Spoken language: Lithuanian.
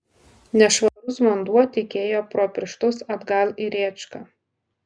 nešvarus vanduo tekėjo pro pirštus atgal į rėčką